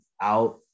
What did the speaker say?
out